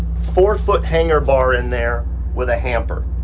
four foot hanger bar in there with a hamper.